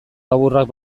laburrak